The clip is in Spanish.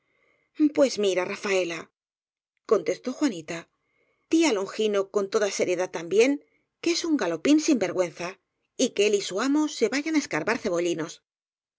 s mira rafaela contestó juanita di á longino con toda seriedad también que es un ga lopín sin vergüenza y que él y su amo se vayan á escardar cebollinos